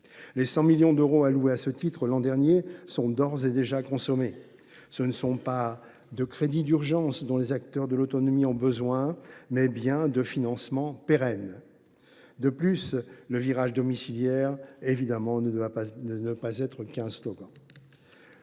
Les 100 millions d’euros alloués à ce titre l’an dernier sont d’ores et déjà consommés. Ce ne sont pas de crédits d’urgence que les acteurs de l’autonomie ont besoin, mais bien de financements pérennes. De plus, le virage domiciliaire ne peut rester qu’un slogan.